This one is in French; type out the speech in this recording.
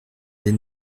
des